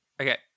Okay